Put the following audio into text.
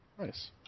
Nice